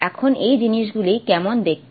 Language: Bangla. এখন এই জিনিসগুলি কেমন দেখতে